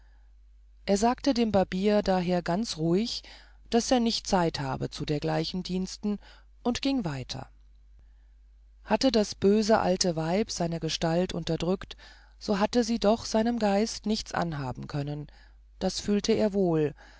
er sagte dem barbier daher ganz ruhig daß er nicht zeit habe zu dergleichen diensten und ging weiter hatte das böse alte weib seine gestalt unterdrückt so hatte sie doch seinem geist nichts anhaben können das fühlte er wohl